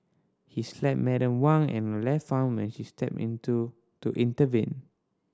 he slapped Madam Wang and her left arm when she stepped in to to intervene